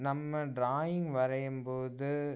நம்ம ட்ராயிங் வரையும் போது